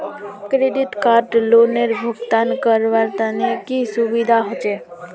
Credit card लोनेर भुगतान करवार तने की की सुविधा होचे??